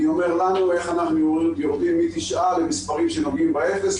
אני שואל איך אנחנו יורדים מתשעה למספרים שנוגעים באפס,